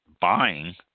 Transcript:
buying